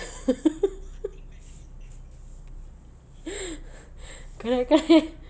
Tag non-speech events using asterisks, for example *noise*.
*laughs* *breath* correct correct